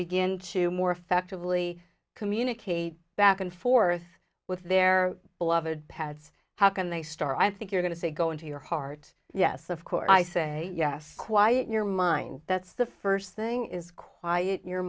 begin to more effectively communicate back and forth with their beloved pads how can they start i think you're going to go into your heart yes of course i say yes quiet your mind that's the first thing is quiet